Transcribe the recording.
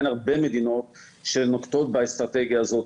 אין הרבה מדינות שנוקטות באסטרטגיה הזו.